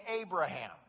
Abraham